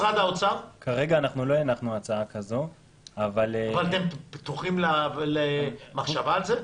כרגע לא הנחנו הצעה כזאת אבל -- אתם פתוחים למחשבה על זה?